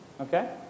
Okay